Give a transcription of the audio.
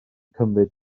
cymryd